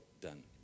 done